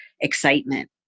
excitement